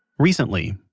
recently,